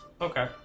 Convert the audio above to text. Okay